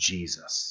Jesus